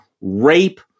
rape